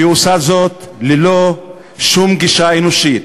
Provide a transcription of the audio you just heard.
והיא עושה זאת ללא שום גישה אנושית.